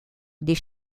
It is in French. des